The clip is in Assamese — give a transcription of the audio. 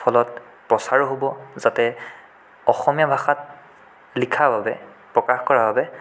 ফলত প্ৰচাৰো হ'ব যাতে অসমীয়া ভাষাত লিখাৰ বাবে প্ৰকাশ কৰা বাবে